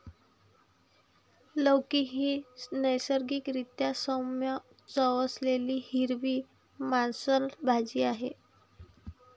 लौकी ही नैसर्गिक रीत्या सौम्य चव असलेली हिरवी मांसल भाजी आहे